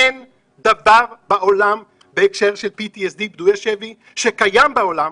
אין דבר בהקשר של פוסט טראומה ופדויי שבי שקיים בעולם,